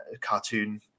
cartoon